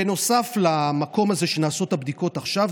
בנוסף למקום הזה שנעשות בו הבדיקות עכשיו,